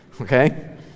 Okay